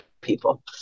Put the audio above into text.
people